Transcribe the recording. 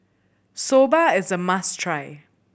soba is a must try